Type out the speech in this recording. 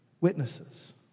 witnesses